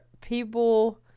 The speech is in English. people